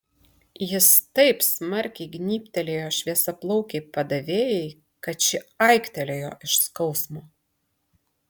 jis taip smarkiai gnybtelėjo šviesiaplaukei padavėjai kad ši aiktelėjo iš skausmo